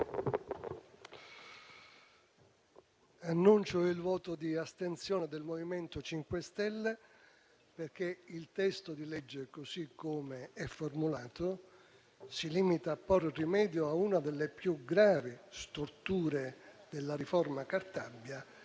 annuncio il voto di astensione del MoVimento 5 Stelle, perché il testo di legge, così come formulato, si limita a porre rimedio a una delle più gravi storture della riforma Cartabia,